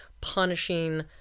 punishing